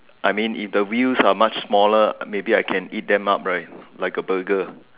I mean if the wheels are much smaller maybe I can eat them up right like a Burger